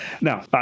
Now